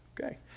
Okay